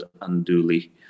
unduly